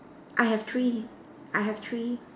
I have three I have three